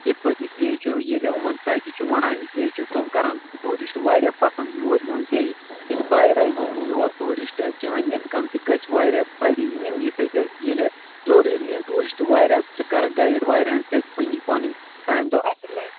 یِتھٕ پٲٹھۍ اس لیے چھُ ییٚلہِ یِمَن تَتہِ چھِ وَنان اس لیے چھِ تِم کران ٹوٗرِسٹ واریاہ پَسنٛد یور یُن بیٚیہِ یٚیلہِ باے ایٚیَر یِنۍ یور ٹوٗرِسٹہٕ چٲنۍ اِنکَم تہِ گژھِ واریاہ بَڈِ اَمی سۭتۍ حظ ییٚلہِ ٹوٗرِسٹ واریاہ ژٕ کرکھ گایِڈ واریاہَن سۭتۍ بنی پَنٕنۍ کامہِ دۄہ اَصٕل حظ